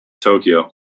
Tokyo